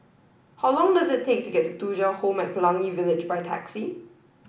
how long does it take to get to Thuja Home at Pelangi Village by taxi